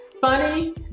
funny